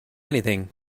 anything